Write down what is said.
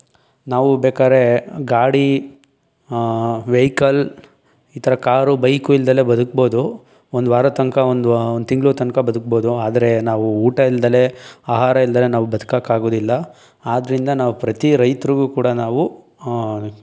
ನಾವು ಬೇಕಾದ್ರೆ ಗಾಡಿ ವೆಹಿಕಲ್ ಈ ಥರ ಕಾರು ಬೈಕು ಇಲ್ಲದಲೇ ಬದುಕ್ಬೋದು ಒಂದು ವಾರದ ತನಕ ಒಂದು ವ ಒಂದು ತಿಂಗ್ಳು ತನಕ ಬದುಕ್ಬೋದು ಆದರೆ ನಾವು ಊಟ ಇಲ್ಲದಲೇ ಆಹಾರ ಇಲ್ಲದಲೇ ನಾವು ಬದ್ಕಕ್ಕೆ ಆಗೋದಿಲ್ಲ ಆದ್ದರಿಂದ ನಾವು ಪ್ರತೀ ರೈತ್ರಿಗೂ ಕೂಡ ನಾವು